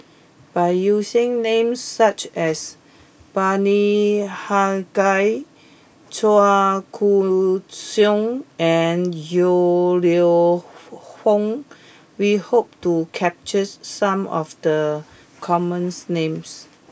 by using names such as Bani Haykal Chua Koon Siong and Yong Lew Foong we hope to capture some of the common names